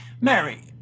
Mary